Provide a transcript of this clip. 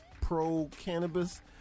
pro-cannabis